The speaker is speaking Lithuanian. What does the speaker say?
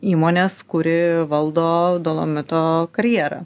įmonės kuri valdo dolomito karjerą